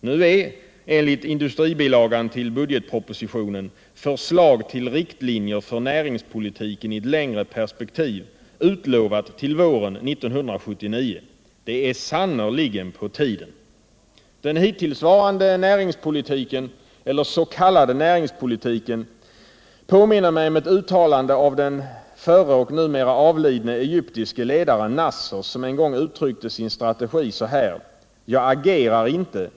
Nu är — enligt industribilagan till budgetpropositionen — "förslag till riktlinjer för näringspolitiken i ett längre perspektiv” utlovat till Finansdebatt Finansdebatt un oc våren 1979. Det är sannerligen på tiden. Den hittillsvarande s.k. näringspolitiken påminner mig om ett uttalande av den numera avlidne egyptiske ledaren Nasser, som en gång uttryckte sin strategi så här: ”Jag agerar inte.